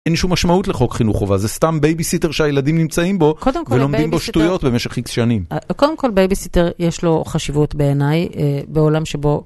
אין שום משמעות לחוק חינוך וזה סתם בייביסיטר שהילדים נמצאים בו ולומדים בו שטויות במשך איקס שנים. קודם כל בייביסיטר יש לו חשיבות בעיני בעולם שבו...